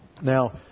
Now